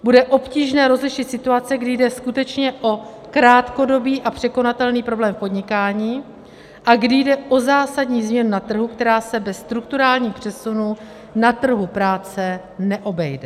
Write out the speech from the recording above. Bude obtížné rozlišit situace, kdy jde skutečně o krátkodobý a překonatelný problém podnikání, a kdy jde o zásadní změnu na trhu, která se bez strukturálních přesunů na trhu práce neobejde.